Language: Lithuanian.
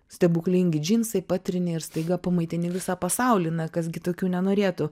stebuklingi džinsai patrini ir staiga pamaitini visą pasaulį na kas gi tokių nenorėtų